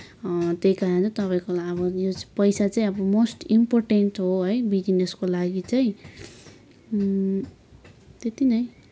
त्यही कारणले तपाईँको लागि अब पैसा चाहिँ अब मोस्ट इम्पोर्टेन्ट हो है बिजिनेसको लागि चाहिँ त्यति नै